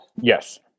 Yes